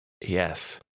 yes